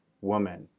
woman